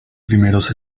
primeros